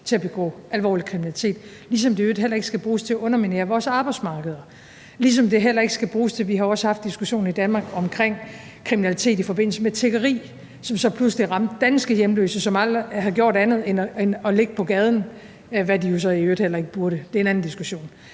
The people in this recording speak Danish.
til at begå alvorlig kriminalitet, ligesom det i øvrigt heller ikke skal bruges til at underminere vores arbejdsmarkeder, ligesom det heller ikke skal bruges til – vi har jo også haft diskussionen i Danmark omkring det – kriminalitet i forbindelse med tiggeri, hvilket så pludselig ramte danske hjemløse, som aldrig har gjort andet end at ligge på gaden, hvad de jo så i øvrigt heller ikke burde, men det er en anden diskussion.